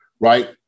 right